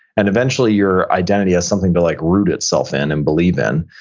and eventually your identity has something to like root itself in and believe in,